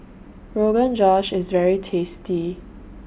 Rogan Josh IS very tasty